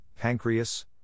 pancreas